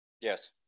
yes